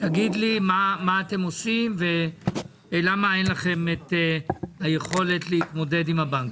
תגיד לי מה אתם עושים ולמה אין לכם יכולת להתמודד עם הבנקים.